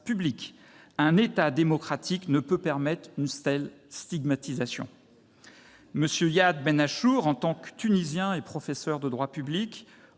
Un État démocratique ne peut permettre une telle stigmatisation [...].» M. Yadh Ben Achour, en tant que Tunisien et professeur de droit public,